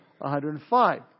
105